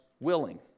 willing